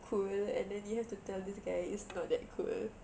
cool and then you have to tell this guy it's not that cool